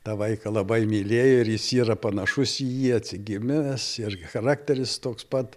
tą vaiką labai mylėjo ir jis yra panašus į jį atsigimęs ir charakteris toks pat